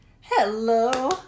hello